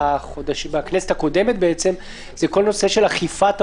בכנסת הקודמת זה כל הנושא של אכיפת הבידוד.